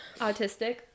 Autistic